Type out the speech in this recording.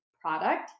product